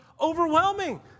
overwhelming